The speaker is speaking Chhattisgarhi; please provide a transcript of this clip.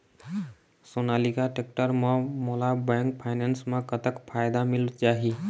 सोनालिका टेक्टर म मोला बैंक फाइनेंस म कतक फायदा मिल जाही?